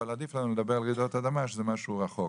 אבל עדיף לנו לדבר על רעידות אדמה שזה משהו רחוק.